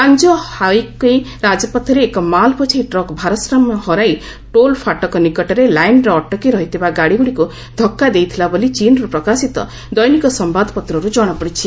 Lanzhou Haikou ରାଜପଥରେ ଏକ ମାଲ୍ବୋଝେଇ ଟ୍ରକ୍ ଭାରସାମ୍ୟ ହରାଇ ଟୋଲ୍ ଫାଟକ ନିକଟରେ ଲାଇନ୍ରେ ଅଟକି ରହିଥିବା ଗାଡ଼ିଗୁଡ଼ିକୁ ଧକ୍କା ଦେଇଥିଲା ବୋଲି ଚୀନ୍ରୁ ପ୍ରକାଶିତ ଦୈନିକ ସମ୍ବାଦପତ୍ରରୁ ଜଣାପଡ଼ିଛି